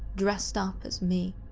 dressed up as me.